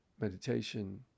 meditation